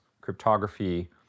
cryptography